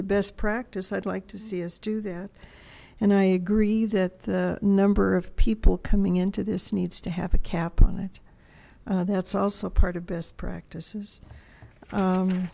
the best practice i'd like to see us do that and i agree that the number of people coming into this needs to have a cap on it that's also part of best practices